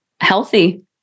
healthy